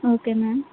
okay ma'am